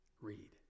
Read